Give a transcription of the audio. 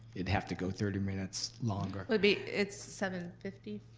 it'd have to go thirty minutes longer. it's seven fifty